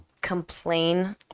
complain